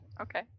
Okay